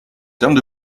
termes